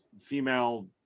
female